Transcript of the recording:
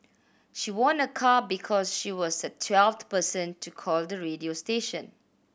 she won a car because she was the twelfth person to call the radio station